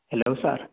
hello sir